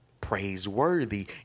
praiseworthy